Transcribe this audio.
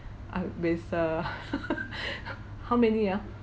uh with err how many ah